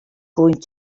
going